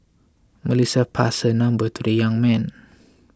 Melissa passed her number to the young man